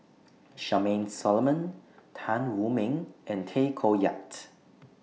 Charmaine Solomon Tan Wu Meng and Tay Koh Yat